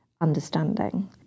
understanding